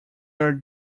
are